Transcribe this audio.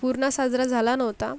पूर्ण साजरा झाला नव्हता